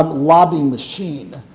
um lobbying machine.